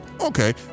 Okay